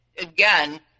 Again